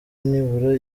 nibura